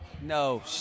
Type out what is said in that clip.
No